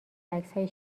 عکسهای